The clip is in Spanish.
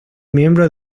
miembro